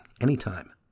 anytime